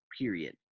period